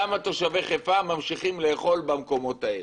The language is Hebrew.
למה תושבי חיפה ממשיכים לאכול במקומות האלה?